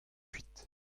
kuit